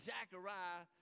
Zechariah